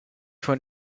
von